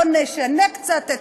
בואו נשנה קצת.